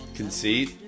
conceit